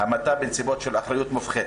המתה בנסיבות של אחריות מופחתת.